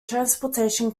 transportation